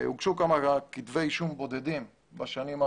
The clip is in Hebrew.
בשנים האחרונות הוגשו כמה כתב אישום בודדים .